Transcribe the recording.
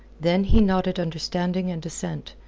then he nodded understanding and assent,